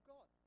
God